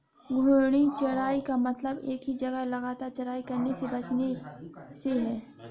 घूर्णी चराई का मतलब एक ही जगह लगातार चराई करने से बचने से है